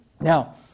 Now